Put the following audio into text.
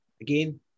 Again